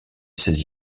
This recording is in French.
ses